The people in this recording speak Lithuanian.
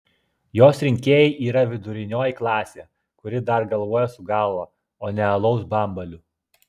jos rinkėjai yra vidurinioji klasė kuri dar galvoja su galva o ne alaus bambaliu